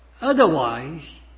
Otherwise